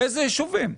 באילו ישובים?